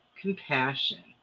Compassion